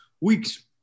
weeks